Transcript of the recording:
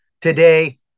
Today